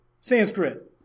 Sanskrit